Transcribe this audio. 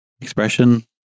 Expression